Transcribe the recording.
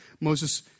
Moses